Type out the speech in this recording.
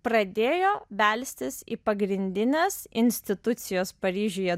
pradėjo belstis į pagrindinės institucijos paryžiuje